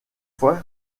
fois